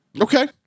Okay